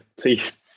Please